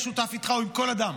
--- תקשיב,